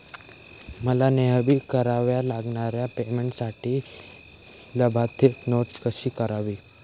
मला नेहमी कराव्या लागणाऱ्या पेमेंटसाठी लाभार्थी नोंद कशी करावी?